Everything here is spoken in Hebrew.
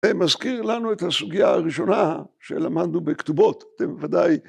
זה מזכיר לנו את הסוגיה הראשונה שלמדנו בכתובות, אתם ודאי